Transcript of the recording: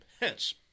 Hence